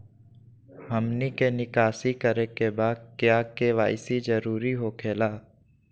हमनी के निकासी करे के बा क्या के.वाई.सी जरूरी हो खेला?